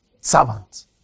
Servant